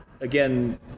again